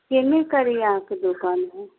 केने करी अहाँके दोकान हए